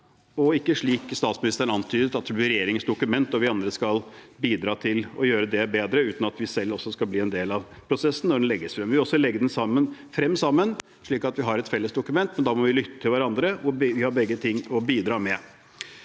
og ikke slik statsministeren antydet, at det blir regjeringens dokument, og at vi andre skal bidra til å gjøre det bedre, uten at vi selv skal bli en del av prosessen når det legges frem. Vi vil legge det frem sammen, slik at vi har et felles dokument. Da må vi lytte til hverandre, og vi har alle ting å bidra med.